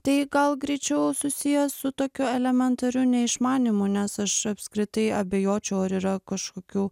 tai gal greičiau susiję su tokiu elementariu neišmanymu nes aš apskritai abejočiau ar yra kažkokių